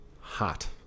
hot